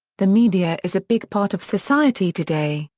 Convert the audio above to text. the media is a big part of society today,